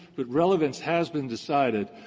but relevance has been decided.